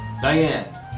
Diane